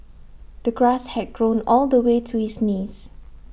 the grass had grown all the way to his knees